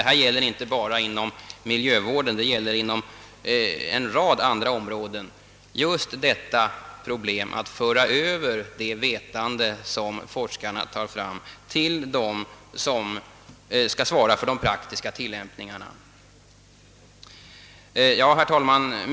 Detta gäller inte bara inom miljövården utan även på en rad andra områden, På hela fältet gäller det att föra ut de resultat forskarna uppnår till dem som skall svara för resultatens omsättande i praktisk tilllämpning. Herr talman!